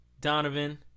Donovan